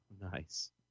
Nice